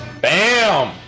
Bam